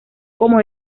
como